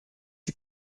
you